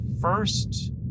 first